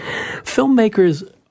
Filmmakers